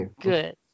Good